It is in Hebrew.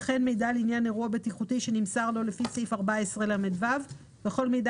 וכן מידע לעניין אירוע בטיחותי שנמסר לו לפי סעיף 14לו וכל מידע